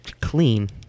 clean